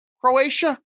Croatia